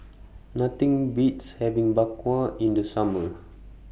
Nothing Beats having Bak Kwa in The Summer